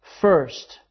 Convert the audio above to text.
first